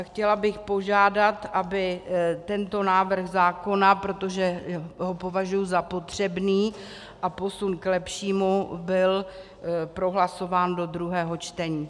Chtěla bych požádat, aby tento návrh zákona, protože ho považuji za potřebný a posun k lepšímu, byl prohlasován do druhého čtení.